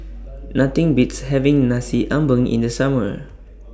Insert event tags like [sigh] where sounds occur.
[noise] Nothing Beats having Nasi Ambeng in The Summer